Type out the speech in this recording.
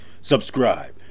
subscribe